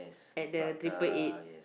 at the triple eight